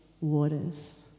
waters